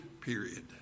period